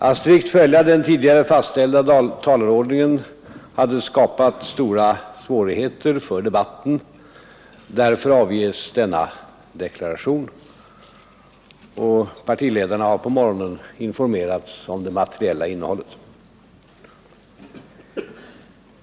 Att strikt följa den tidigare fastställda talarordningen hade skapat stora svårigheter för debatten. Därför avges denna deklaration. Partiledarna har på morgonen informerats om det materiella innehållet.